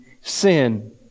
sin